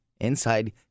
inside